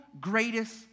greatest